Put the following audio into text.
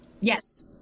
Yes